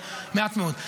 אבל מעט מאוד.